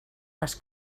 les